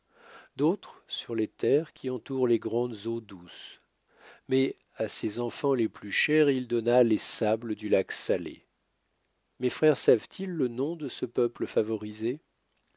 d'autres sur les terres qui entourent les grandes eaux douces mais à ses enfants les plus chers il donna les sables du lac salé mes frères savent-ils le nom de ce peuple favorisé